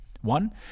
One